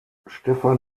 stephan